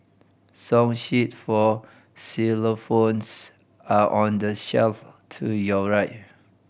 song sheet for xylophones are on the shelf to your right